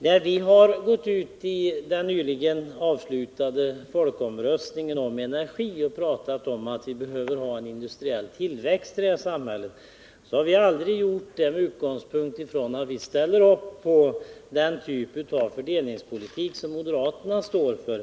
När vi i den nyligen avslutade kampanjen för folkomröstningen om energin gick ut och sade att vi behöver ha en industriell tillväxt i det här samhället, gjorde vi det aldrig med den utgångspunkten att vi ställer upp på den typ av fördelningspolitik som moderaterna står för.